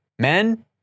Men